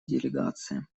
делегация